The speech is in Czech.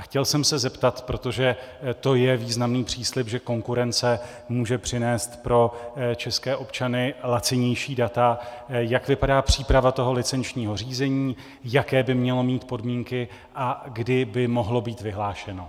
Chtěl jsem se zeptat, protože to je významný příslib, že konkurence může přinést pro české občany lacinější data, jak vypadá příprava toho licenčního řízení, jaké by mělo mít podmínky a kdy by mohlo být vyhlášeno.